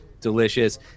Delicious